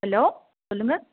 hello சொல்லுங்கள்